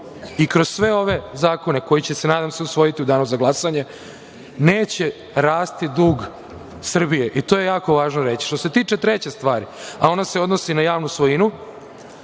i kroz sve ove zakone koji će se usvojiti u danu za glasanje neće rasti dug Srbije, i to je jako važno reći. Što se tiče treće stvari, a ona se odnosi na javnu svojinu,